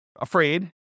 afraid